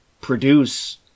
produce